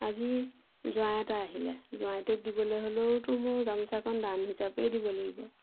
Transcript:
আজি জোৱাই এটা আহিলে জোৱাইটোক দিবলৈ হ'লেওতো মই গামোচাখন দান হিচাপেই দিব লাগিব